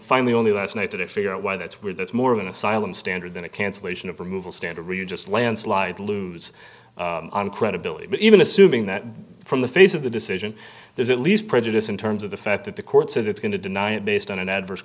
finally only last night did it figure out where that's where that's more of an asylum standard than a cancellation of removal stand a really just landslide lose on credibility but even assuming that from the face of the decision there's at least prejudice in terms of the fact that the court says it's going to deny it based on an adverse